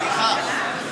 סליחה.